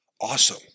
Awesome